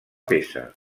peça